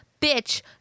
bitch